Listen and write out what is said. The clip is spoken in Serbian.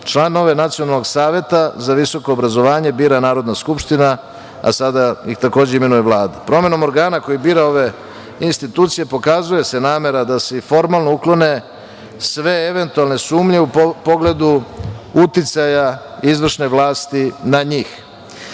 Članove Nacionalnog saveta za visoko obrazovanje bira Narodna skupština, a sada ih takođe imenuje Vlada. Promenom organa koji bira ove institucije pokazuje se namera da se i formalno uklone sve eventualne sumnje u pogledu uticaja izvršne vlasti na